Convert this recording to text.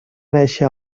néixer